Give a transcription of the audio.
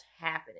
happening